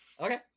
Okay